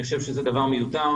אני חושב שזה דבר מיותר.